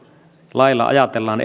lailla ajatellaan